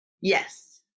Yes